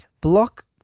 Block